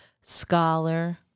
scholar